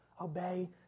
obey